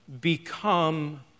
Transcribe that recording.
become